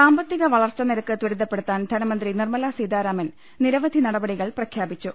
സാമ്പത്തിക വളർച്ചാ നിരക്ക് ത്വരിതപ്പെടുത്താൻ ധനമന്ത്രി നിർമ്മലാ സീതാരാമൻ നിരവധി നടപടികൾ പ്രഖ്യാപിച്ചു